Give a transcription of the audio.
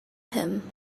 him